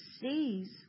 sees